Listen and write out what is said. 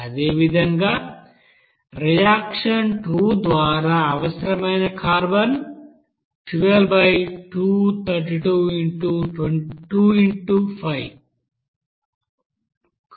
అదేవిధంగా రియాక్షన్ 2 ద్వారా అవసరమైన కార్బన్ 12232X5 కు సమానం